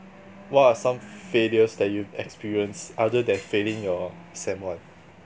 what are some failures that you've experienced other than failing your sem one